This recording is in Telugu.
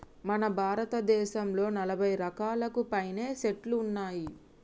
మన భారతదేసంలో నలభై రకాలకు పైనే సెట్లు ఉన్నాయి